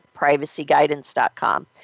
privacyguidance.com